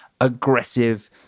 aggressive